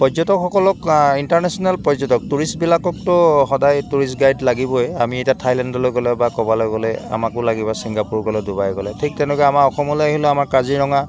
পৰ্যটকসকলক ইণ্টাৰনেশ্যনেল পৰ্যটক টুৰিষ্টবিলাককতো সদাই টুৰিষ্ট গাইড লাগিবই আমি এতিয়া থাইলেণ্ডলৈ গ'লে বা ক'ৰবালৈ গ'লে আমাকো লাগিব ছিংগাপুৰ গ'লে ডুবাই গ'লে ঠিক তেনেকৈ আমাৰ অসমলৈ আহিলেও আমাৰ কাজিৰঙা